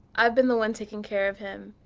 i've been the one taking care of him,